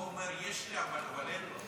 הוא אומר "יש לי", אבל כבר אין לו.